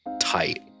tight